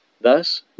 Thus